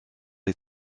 les